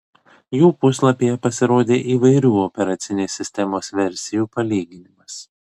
jų puslapyje pasirodė įvairių operacinės sistemos versijų palyginimas